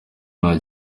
nta